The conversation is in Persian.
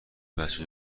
بچه